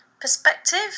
perspective